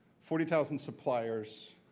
forty thousand suppliers,